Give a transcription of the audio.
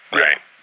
right